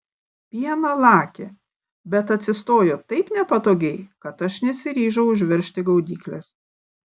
pieną lakė bet atsistojo taip nepatogiai kad aš nesiryžau užveržti gaudyklės